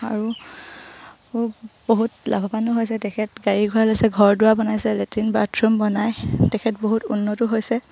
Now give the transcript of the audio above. আৰু বহুত লাভৱানো হৈছে তেখেত গাড়ী গুৰা লৈছে ঘৰ দুৱাৰ বনাইছে লেট্ৰিন বাথৰুম বনাই তেখেত বহুত উন্নতো হৈছে